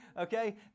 Okay